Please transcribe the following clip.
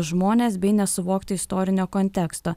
žmones bei nesuvokti istorinio konteksto